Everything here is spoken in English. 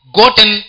gotten